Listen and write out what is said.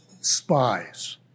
spies